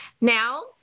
now